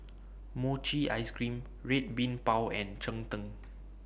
Mochi Ice Cream Red Bean Bao and Cheng Tng